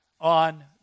on